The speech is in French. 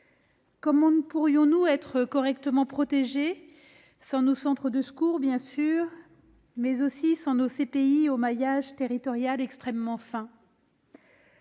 Comment pourrions-nous être correctement protégés sans nos centres de secours, bien sûr, mais aussi sans nos CPI au maillage territorial extrêmement fin ?